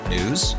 News